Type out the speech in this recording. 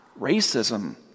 racism